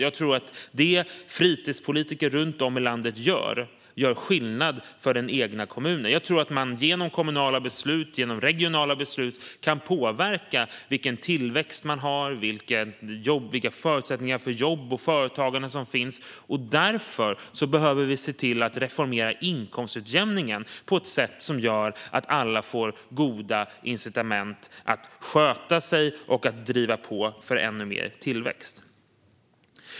Jag tror att det som fritidspolitiker gör runt om i landet gör skillnad för den egna kommunen. Jag tror att man genom kommunala och regionala beslut kan påverka vilken tillväxt man har och vilka förutsättningar för jobb och företagande som finns. Därför behöver vi reformera inkomstutjämningen på ett sätt som gör att alla får goda incitament att sköta sig och att driva på för ännu mer tillväxt.